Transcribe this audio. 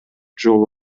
жолу